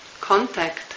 contact